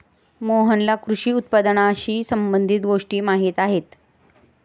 मोहनला कृषी उत्पादनाशी संबंधित गोष्टी माहीत आहेत